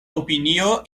opinio